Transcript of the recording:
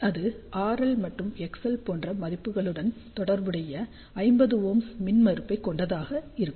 அது RL மற்றும் XL போன்ற மதிப்புகளுடன் தொடர்புடைய 50Ω மின்மறுப்பை கொண்டதாக இருக்கும்